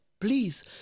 Please